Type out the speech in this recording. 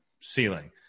ceiling